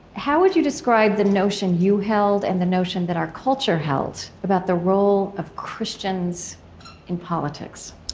how would you describe the notion you held and the notion that our culture held about the role of christians in politics?